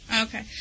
Okay